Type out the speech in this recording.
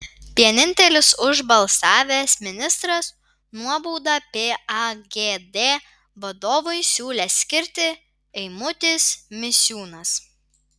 vienintelis už balsavęs ministras nuobaudą pagd vadovui siūlęs skirti eimutis misiūnas